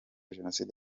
jenoside